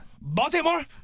Baltimore